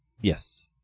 yes